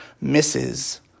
misses